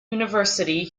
university